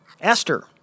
Esther